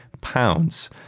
pounds